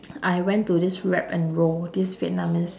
I went to this wrap and roll this vietnamese